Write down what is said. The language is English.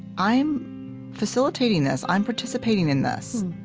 i am facilitating this. i'm participating in this.